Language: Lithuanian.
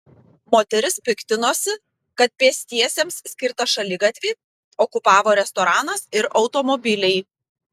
moteris piktinosi kad pėstiesiems skirtą šaligatvį okupavo restoranas ir automobiliai